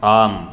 आम्